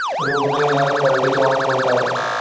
रोग न येनार पराटीचं वान कोनतं हाये?